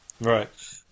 Right